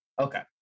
Okay